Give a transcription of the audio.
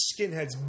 skinheads